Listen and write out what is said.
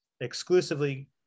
exclusively